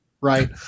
Right